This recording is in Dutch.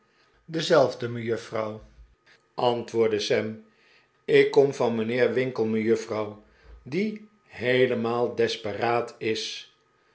dezelfde mejuffrouw antwoordde sam ik kom van mijnheer winkle mejuffrouw die heelemaal desperaat is